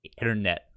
internet